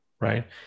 right